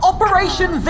Operation